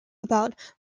about